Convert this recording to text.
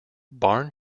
barn